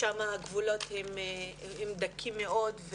שם הגבולות הם דקים מאוד,